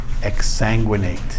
exsanguinate